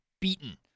beaten